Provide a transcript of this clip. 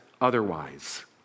otherwise